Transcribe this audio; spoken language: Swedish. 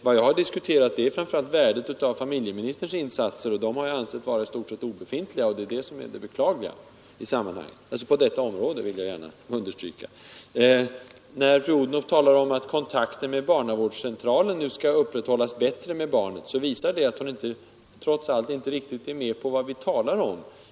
Vad jag har diskuterat är framför allt värdet av familjeministerns insatser, som jag har ansett vara i stort sett obefintliga — det är det som är det beklagliga. Jag vill understryka att jag nu uttalar mig om just detta Fru Odhnoffs uttalande om att barnavårdscentralens kontakt med barnen nu skall upprätthållas bättre visar att hon trots allt inte riktigt har följt med i det som vi talar om.